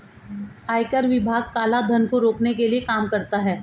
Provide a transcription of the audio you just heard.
आयकर विभाग काला धन को रोकने के लिए काम करता है